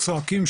צועקים,